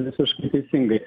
visiškai teisingai